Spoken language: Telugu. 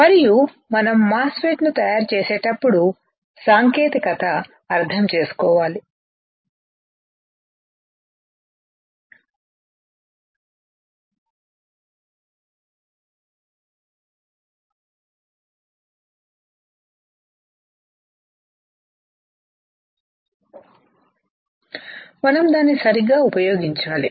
మరియు మనం మాస్ ఫెట్ ను తయారు చేసేటప్పుడు సాంకేతికత అర్థం చేసుకోవాలి మనం దానిని సరిగ్గా ఉపయోగించాలి